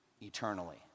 eternally